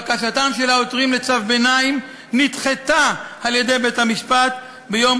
בקשתם של העותרים לצו ביניים נדחתה על-ידי בית-המשפט ביום